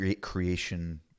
creation